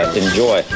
enjoy